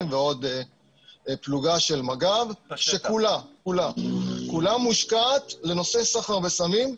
ועוד פלוגה של מגב שכולה מושקעת לנושא סחר בסמים.